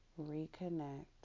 reconnect